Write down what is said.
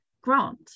grant